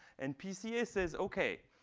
and pca says ok,